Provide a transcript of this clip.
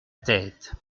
tête